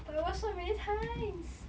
I watch so many times